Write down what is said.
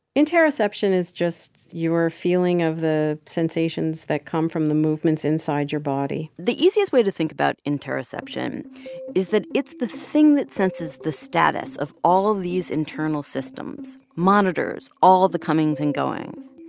interoception is just your feeling of the sensations that come from the movements inside your body the easiest way to think about interoception is that it's the thing that senses the status of all these internal systems, monitors all the comings and goings.